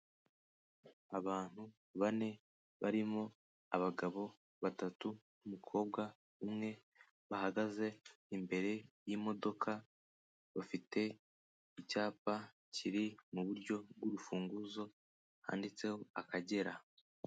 Abantu bane barimo abagabo batatu n'umukobwa umwe bahagaze imbere y'imodoka bafite icyapa kiri mu buryo bw'urufunguzo cyanditseho Akagera.